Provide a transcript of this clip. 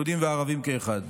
יהודים וערבים כאחד.